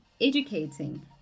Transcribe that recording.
educating